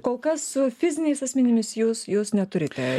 kol kas su fiziniais asmenimis jūs jūs neturite